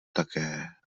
také